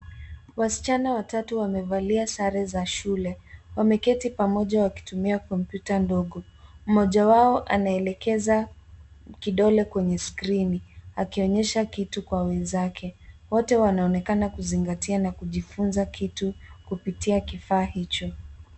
Wasichana watatu wamevalia sare za shule wameketi pamoja wakitumia kompyuta ndogo ,moja wao anaelekeza kidole kwenye skrini akionyesha kitu kwa wenzake wote wanaonekana kuzingatia na kujifunza kitu kupitia kifaa hicho.